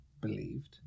believed